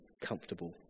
comfortable